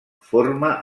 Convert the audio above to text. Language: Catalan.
forma